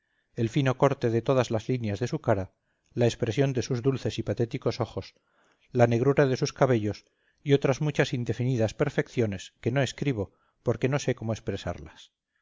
el fino corte de todas las líneas de su cara la expresión de sus dulces y patéticos ojos la negrura de sus cabellos y otras muchas indefinidas perfecciones que no escribo porque no sé cómo expresarlas